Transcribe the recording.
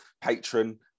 patron